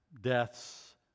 deaths